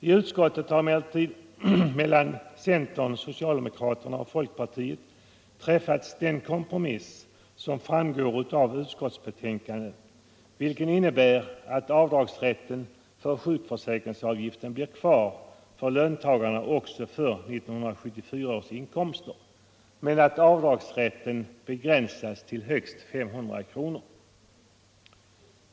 I utskottet har emellertid mellan centern, socialdemokraterna och folkpartiet träffats den kompromiss som framgår av utskottsbetänkandet, vilken innebär att avdragsrätten för sjukförsäkringsavgift blir kvar för löntagarna också för 1974 års inkomster men att avdraget begränsas till högst 500 kronor.